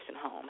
home